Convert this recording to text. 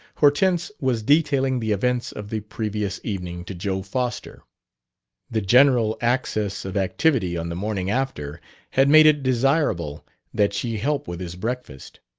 hortense was detailing the events of the previous evening to joe foster the general access of activity on the morning after had made it desirable that she help with his breakfast.